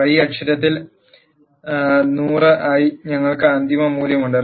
Y അക്ഷത്തിൽ 100 ആയി ഞങ്ങൾക്ക് അന്തിമ മൂല്യം ഉണ്ട്